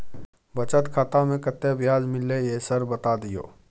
बचत खाता में कत्ते ब्याज मिलले ये सर बता दियो?